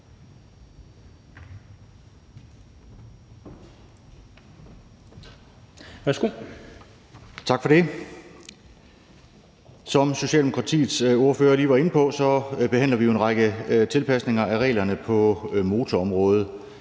Som Socialdemokratiets ordfører lige var inde på, behandler vi jo en række tilpasninger af reglerne på motorområdet.